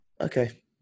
Okay